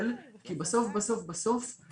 תגיד לי רגע, רק כי היה לנו פה דיון עלה קנסות